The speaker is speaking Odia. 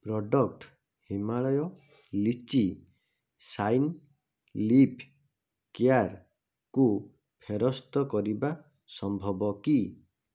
product Himalaya lychee shine lip କେୟାର୍କୁ ଫେରସ୍ତ କରିବା ସମ୍ଭବ କି